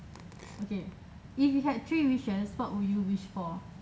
okay if you had three wishes what would you wish for